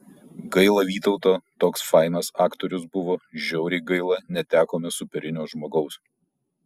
gaila vytauto toks fainas aktorius buvo žiauriai gaila netekome superinio žmogaus